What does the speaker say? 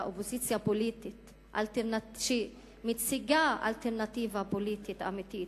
אופוזיציה פוליטית שמציגה אלטרנטיבה פוליטית אמיתית,